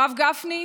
הרב גפני,